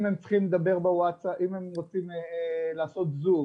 אם הם צריכים לדבר בוואטסאפ, לעשות זום,